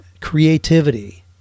creativity